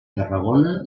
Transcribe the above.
tarragona